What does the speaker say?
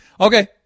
Okay